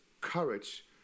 courage